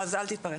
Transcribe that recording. אז אל תתפרץ.